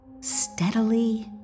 steadily